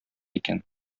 икән